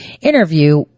interview